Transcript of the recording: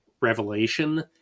revelation